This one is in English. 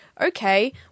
okay